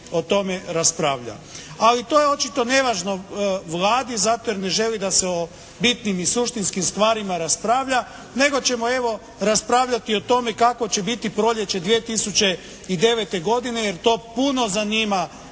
o tome raspravlja. Ali to je očito nevažno Vladi zato jer ne želi da se o bitnim i suštinskim stvarima raspravlja nego ćemo evo raspravljati o tome kakvo će biti proljeće 2009. godine jer to puno zanima